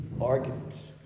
arguments